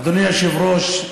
אדוני היושב-ראש,